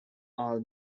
all